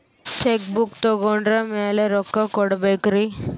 Check book ತೊಗೊಂಡ್ರ ಮ್ಯಾಲೆ ರೊಕ್ಕ ಕೊಡಬೇಕರಿ?